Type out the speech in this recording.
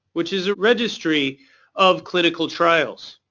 which is a registry of clinical trials.